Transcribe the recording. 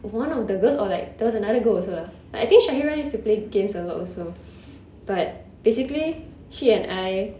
one of the girls or like there was another girl also lah like I think shahira used to play games a lot also but basically she and I